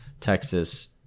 Texas